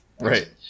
right